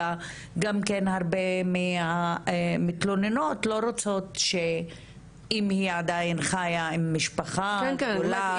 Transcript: אלא גם כן הרבה מהמתלוננות לא רוצות שאם היא עדיין חיה עם משפחה גדולה,